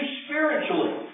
spiritually